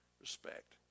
respect